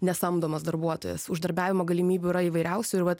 ne samdomas darbuotojas uždarbiavimo galimybių yra įvairiausių ir vat